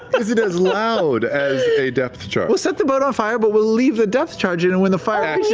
is it as loud as a depth charge? sam we'll set the boat on fire, but we'll leave the depth charge in, and when the fire